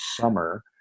summer